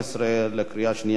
לקריאה שנייה ושלישית,